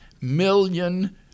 million